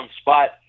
spot